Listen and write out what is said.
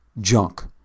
junk